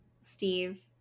Steve